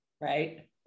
Right